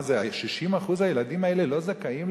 60% הילדים האלה לא זכאים,